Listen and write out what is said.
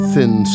Thin